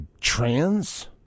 trans